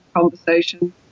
conversation